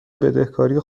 بدهکاری